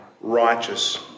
righteous